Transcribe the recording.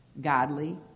godly